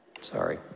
sorry